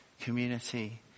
community